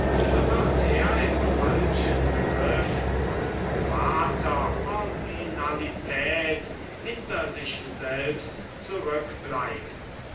so wird er im falschen begriff von bewahrter originalität hinter sich selbst zurückbleiben